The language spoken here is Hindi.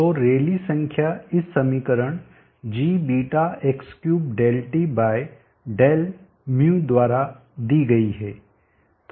तो रैली संख्या इस समीकरण gβX3ΔTδϑ द्वारा दी गई है